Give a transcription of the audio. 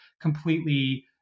completely